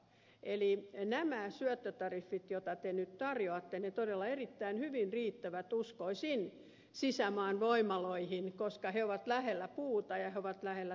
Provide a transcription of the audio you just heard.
eli nämä syöttötariffit joita te nyt tarjoatte todella erittäin hyvin riittävät uskoisin sisämaan voimaloihin koska ne ovat lähellä puuta ja ne ovat lähellä turvetta